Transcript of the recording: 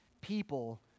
People